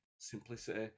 simplicity